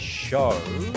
show